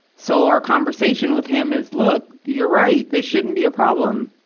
so our conversation with him is, look, you're right. this shouldn't be a problem.